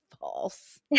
false